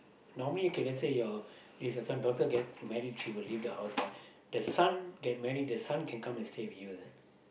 normally K let's say your this your son daughter get married she will leave the house but the son get married the son can come and stay with you ah